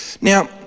Now